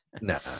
No